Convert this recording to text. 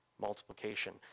multiplication